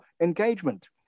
engagement